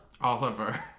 Oliver